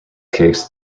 cakes